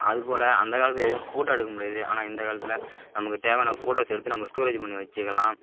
அதுபோல் அந்த காலத்தில் எதுவும் ஃபோட்டோ எடுக்கமுடியாது ஆனால் இந்த காலத்தில் நமக்கு தேவையான ஃபோட்டோஸ் எடுத்து நம்ம ஸ்டோரேஜ் பண்ணி வச்சுக்கலாம்